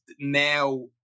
now